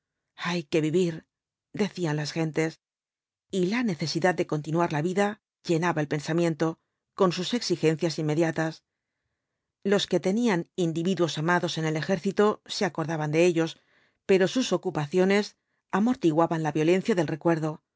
hay que vivir decían las gentes y la necesidad de continuar la vida llenaba el pensamiento con sus exigencias inmediatas los que tenían individuos amados en el ejército se acordaban de ellos pero sus ocupaciones amortiguaban la violencia del recuerdo